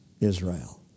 Israel